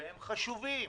והם חשובים,